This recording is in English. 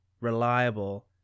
reliable